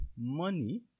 money